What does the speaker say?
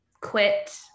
quit